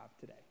today